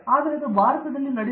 ಆದರೆ ಇದು ಭಾರತದಲ್ಲಿ ನಡೆಯುತ್ತಿಲ್ಲ